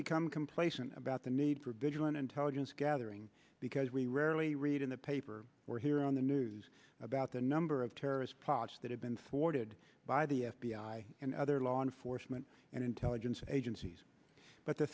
become complacent about the need for vigilant intelligence gathering because we rarely read in the paper where here on the news about the number of terrorist plots that have been thwarted by the f b i and other law enforcement and intelligence agencies but the